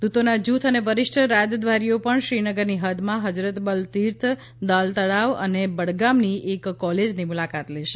દૂતોના જૂથ અને વરિષ્ઠ રાજદ્વારીઓ પણ શ્રીનગરની હદમાં હઝરતબલ તીર્થ દાલ તળાવ અને બડગામની એક કોલેજની મુલાકાત લેશે